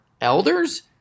elders